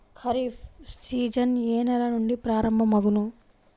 Kharif season ఏ నెల నుండి ప్రారంభం అగును?